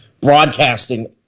broadcasting